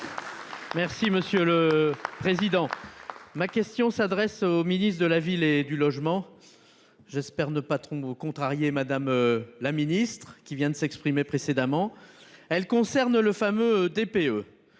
Merci monsieur le président. Ma question s'adresse au ministre de la ville et du logement. J'espère ne patron contrarier Madame la Ministre qui vient de s'exprimer précédemment. Elle concerne le fameux DPE.